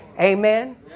Amen